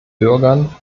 bürgern